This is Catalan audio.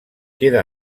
queda